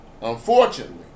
Unfortunately